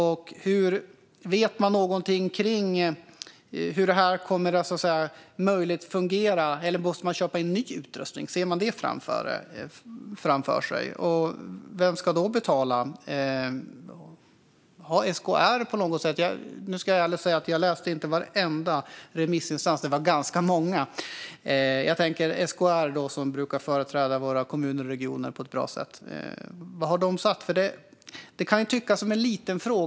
Vet man någonting om hur det här kommer att fungera? Kommer det att behöva köpas in ny utrustning - ser man det framför sig? Och vem ska då betala? Jag ska ärligt säga att jag inte läste svaren från varenda remissinstans, för det var ganska många. Men vad har SKR, som brukar företräda våra kommuner och regioner på ett bra sätt, sagt? Det kan tyckas vara en liten fråga.